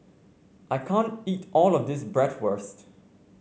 I can't eat all of this Bratwurst